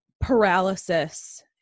paralysis